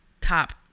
top